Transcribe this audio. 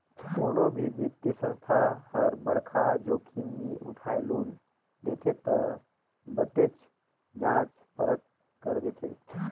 कोनो भी बित्तीय संस्था हर बड़खा जोखिम नी उठाय लोन देथे ता बतेच जांच परख कर देथे